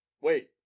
Wait